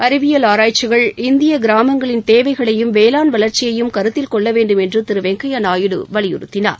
அறிவியல் ஆராய்ச்சிகள் இந்திய கிராமங்களின் தேவைகளையும் வேளாண் வளர்ச்சியையும் கருத்தில் கொள்ள வேண்டும் என்று திரு வெங்கய்யா நாயுடு வலியுறுத்தினார்